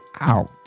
out